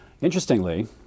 Interestingly